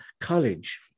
college